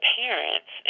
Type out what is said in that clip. parents